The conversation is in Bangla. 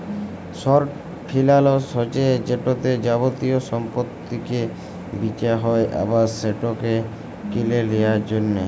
শর্ট ফিলালস হছে যেটতে যাবতীয় সম্পত্তিকে বিঁচা হ্যয় আবার সেটকে কিলে লিঁয়ার জ্যনহে